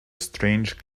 strange